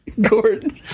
Gordon